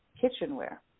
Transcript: kitchenware